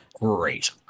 Great